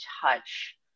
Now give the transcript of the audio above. touch